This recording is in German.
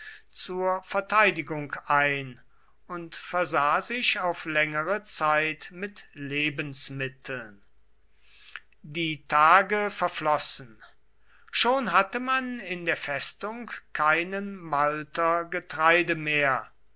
zur verteidigung ein und versah sich auf längere zeit mit lebensmitteln die tage verflossen schon hatte man in der festung keinen malter getreide mehr